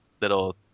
little